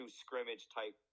scrimmage-type